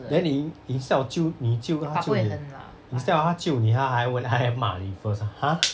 then 你 instead of 救你救她救你 instead of 她救你她还问还骂你 first ah !huh!